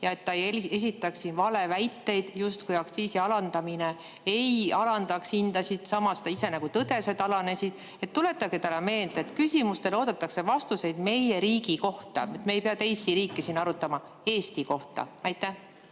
Et ta ei esitaks siin valeväiteid, justkui aktsiisi alandamine ei alandaks hindasid, samas ta ise nagu tõdes, et [hinnad] alanesid. Tuletage talle meelde, et küsimustele oodatakse vastuseid meie riigi kohta, Eesti kohta. Me ei pea teisi riike siin arutama. Aitäh